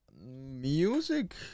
Music